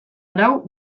arau